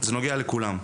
זה נוגע לכולם.